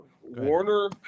Warner